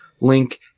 link